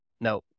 no